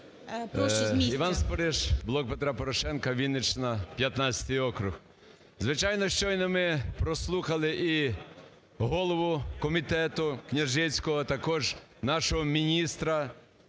Іван Спориш, "Блок Петра Порошенка", Вінниччина, 15 округ. Звичайно, щойно ми прослухали і голову комітету Княжицького, також нашого міністра